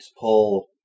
pull